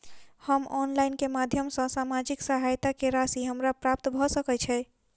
हम ऑनलाइन केँ माध्यम सँ सामाजिक सहायता केँ राशि हमरा प्राप्त भऽ सकै छै?